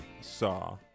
saw